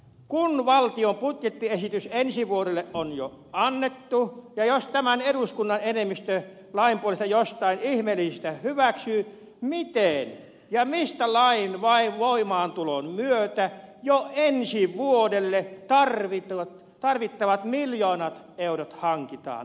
kun valtion budjettiesitys ensi vuodelle on jo annettu ja jos tämän eduskunnan enemmistö lain jostain ihmeellisestä syystä hyväksyy miten ja mistä lain voimaantulon myötä jo ensi vuodelle tarvittavat miljoonat eurot hankitaan